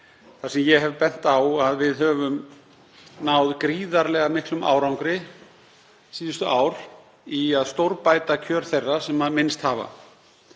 Það sem ég hef bent á er að við höfum náð gríðarlega miklum árangri síðustu ár í að stórbæta kjör þeirra sem minnst hafa.